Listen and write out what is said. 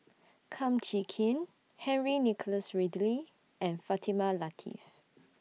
Kum Chee Kin Henry Nicholas Ridley and Fatimah Lateef